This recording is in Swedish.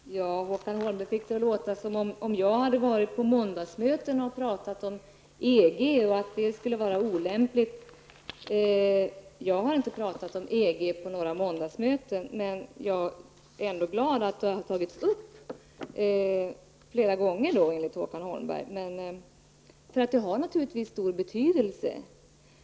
Fru talman! Håkan Holmberg fick det att låta som om jag hade varit på måndagsmöten och pratat om EG och att det skulle vara olämpligt. Jag har inte pratat om EG på några måndagsmöten, men jag är ändå glad att den frågan har tagits upp -- flera gånger, enligt Håkan Holmberg -- för den har naturligtvis stor betydelse.